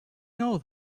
know